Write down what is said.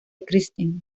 kristen